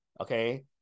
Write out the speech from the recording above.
Okay